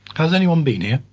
has anyone been here?